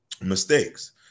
mistakes